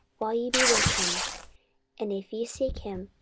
while ye be with him and if ye seek him,